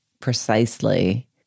precisely